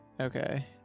Okay